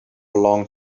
long